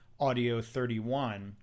audio31